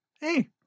hey